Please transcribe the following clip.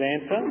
answer